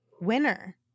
winner